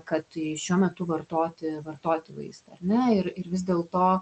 kad šiuo metu vartoti vartoti vaistą ar ne ir ir vis dėlto